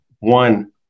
One